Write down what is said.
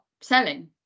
selling